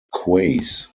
quays